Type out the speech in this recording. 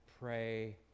pray